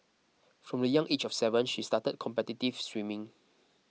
from the young age of seven she started competitive swimming